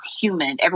human